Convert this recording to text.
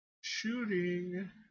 shooting